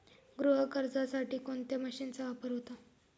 गहू काढण्यासाठी कोणत्या मशीनचा वापर होतो?